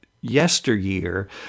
yesteryear